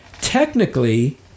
Technically